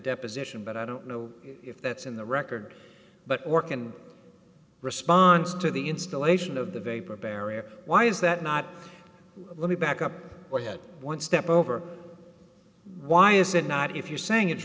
deposition but i don't know if that's in the record but work in response to the installation of the vapor barrier why is that not let me back up ahead one step over why is it not if you're saying it's